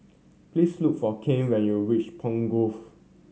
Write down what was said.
please look for Kane when you reach Pine Grove